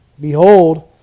Behold